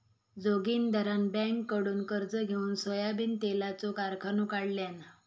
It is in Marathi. जोगिंदरान बँककडुन कर्ज घेउन सोयाबीन तेलाचो कारखानो काढल्यान